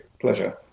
Pleasure